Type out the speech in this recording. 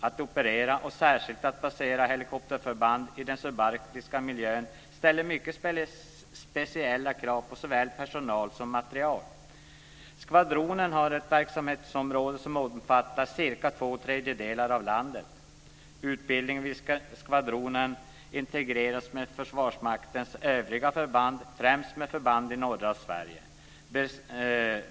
Att operera, och särskilt att basera, helikopterförband i den subarktiska miljön ställer mycket speciella krav på såväl personal som material. Skvadronen har ett verksamhetsområde som omfattar cirka två tredjedelar av landet. Utbildningen vid skvadronen integreras med Försvarsmaktens övriga förband, främst med förband i norra Sverige.